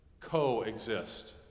coexist